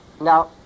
Now